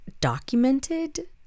documented